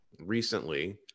recently